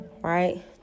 Right